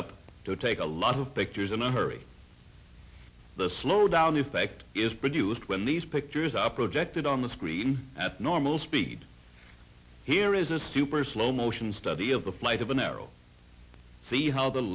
up to take a lot of pictures in a hurry the slow down effect is produced when these pictures are projected on the screen at normal speed here is a super slow motion study of the flight of an arrow see how the